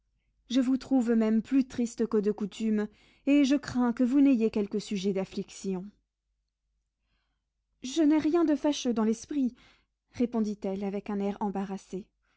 je vous trouve même plus triste que de coutume et je crains que vous n'ayez quelque sujet d'affliction je n'ai rien de fâcheux dans l'esprit répondit-elle avec un air embarrassé